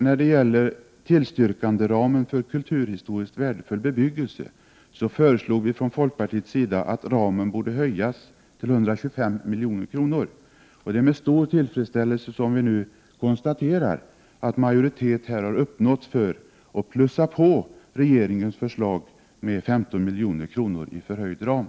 När det gäller tillstyrkanderamen för kulturhistoriskt värdefull bebyggelse föreslog vi från folkpartiet att ramen borde höjas till 125 milj.kr., och det är med stor tillfredsställelse vi nu konstaterar att majoritet uppnåtts för att plussa på regeringens förslag med 15 milj.kr. i förhöjd ram.